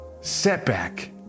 setback